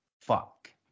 Fuck